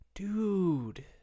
Dude